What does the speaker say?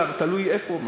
תלוי איפה,